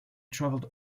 travelled